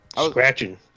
Scratching